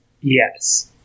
Yes